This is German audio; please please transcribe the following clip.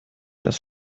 das